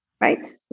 right